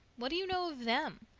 what do you know of them?